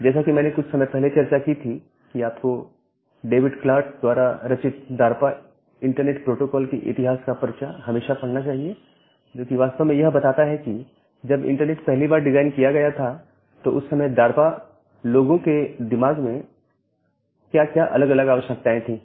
जैसा कि मैंने कुछ समय पहले चर्चा की थी कि आपको डेविड क्लार्क द्वारा रचित डारपा इंटरनेट प्रोटोकोल के इतिहास का पर्चा हमेशा पढ़ना चाहिए जो कि वास्तव में यह बताता है कि जब इंटरनेट पहली बार डिजाइन किया गया था तो उस समय डारपा लोगों के दिमाग में क्या अलग अलग आवश्यकताएं थी